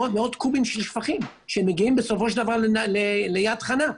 מאות קובים של שפכים שמגיעים בסופו של דבר ליד חנה.